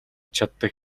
чаддаг